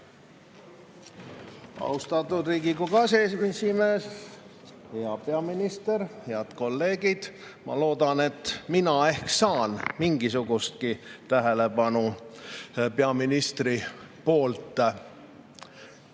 Austatud Riigikogu aseesimees! Hea peaminister! Head kolleegid! Ma loodan, et mina ehk saan mingisugustki tähelepanu peaministrilt.